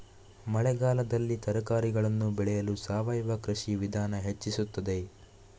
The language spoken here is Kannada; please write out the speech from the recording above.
ಮಳೆಗಾಲದಲ್ಲಿ ತರಕಾರಿಗಳನ್ನು ಬೆಳೆಯಲು ಸಾವಯವ ಕೃಷಿಯ ವಿಧಾನ ಹೆಚ್ಚಿಸುತ್ತದೆ?